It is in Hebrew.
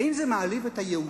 האם זה מעליב את היהודים?